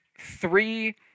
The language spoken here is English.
three